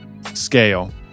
scale